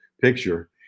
picture